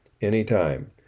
anytime